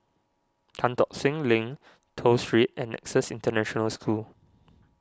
Tan Tock Seng Link Toh Street and Nexus International School